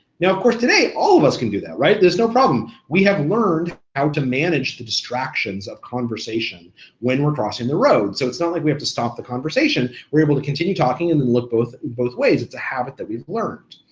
now, of course today all of us can do that, there's no problem. we have learned how to manage the distractions of conversation when we're crossing the road, so it's not like we have to stop the conversation. we're able to continue talking and then look both both ways. it's a habit that we've learned.